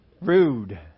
rude